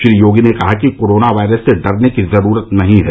श्री योगी ने कहा कि कोरोना वायरस से डरने की ज़रूरत नहीं है